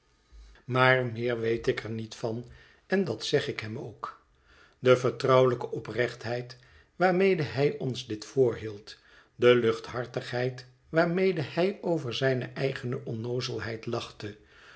maar meer weet ik er niet van en dat zeg ik hem ook de vertrouwelijke oprechtheid waarmede hij ons dit voorhield de luchthartigheid waarmede hij over zijne eigene onnoozelheid lachte